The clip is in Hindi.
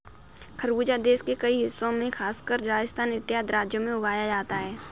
खरबूजा देश के कई हिस्सों में खासकर राजस्थान इत्यादि राज्यों में उगाया जाता है